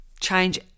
change